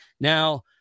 Now